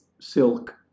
silk